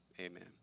Amen